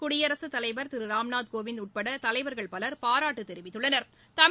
குடியரசுத்தலைவா் திரு ராம்நாத் கோவிந்த் உட்பட தலைவர்கள் பலா் பாராட்டு தெரிவித்துள்ளனா்